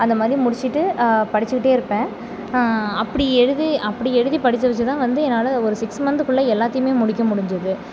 அந்த மாதிரி முடித்துட்டு படித்துக்கிட்டே இருப்பேன் அப்படி எழுதி அப்படி எழுதி படித்த விஷயம் தான் வந்து என்னால் ஒரு சிக்ஸ் மந்த்துக்குள்ள எல்லாத்தையுமே முடிக்க முடிஞ்சுது